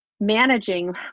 managing